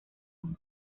mismo